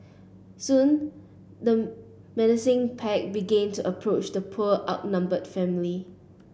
soon the menacing pack began to approach the poor outnumbered family